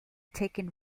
taken